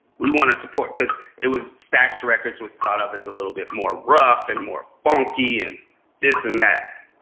we want to support because it was stacks records was thought of as a little bit more rough and more funky. and this and that.